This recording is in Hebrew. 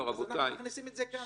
אנחנו מכניסים את זה כאן.